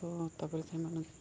show ତା'ପରେ ମାନଙ୍କୁ